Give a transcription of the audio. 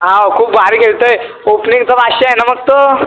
हा खूप भारी खेळतो आहे ओपनिंगचा बादशहा आहे ना मग तो